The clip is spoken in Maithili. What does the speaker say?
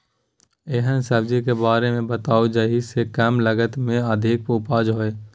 एहन सब्जी के बारे मे बताऊ जाहि सॅ कम लागत मे अधिक उपज होय?